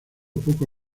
poco